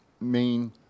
main